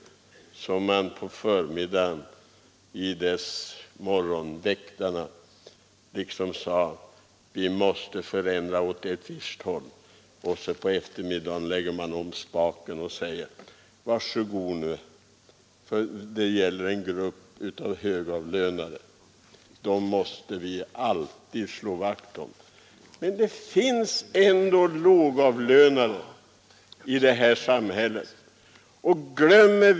Liksom morgonväktarna säger man på förmiddagen: Vi måste vidta förändringar åt ett visst håll! På eftermiddagen lägger man om rodret och säger: Men det gäller ju en grupp högavlönade, och dem måste vi väl alltid slå vakt om!